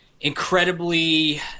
incredibly